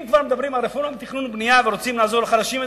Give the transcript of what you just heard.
אם כבר מדברים על רפורמה בתכנון ובנייה ורוצים לעזור לחלשים,